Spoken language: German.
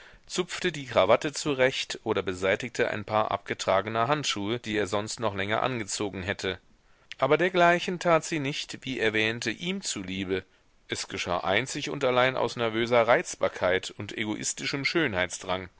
zupfte die krawatte zurecht oder beseitigte ein paar abgetragener handschuhe die er sonst noch länger angezogen hätte aber dergleichen tat sie nicht wie er wähnte ihm zuliebe es geschah einzig und allein aus nervöser reizbarkeit und egoistischem